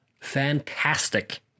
fantastic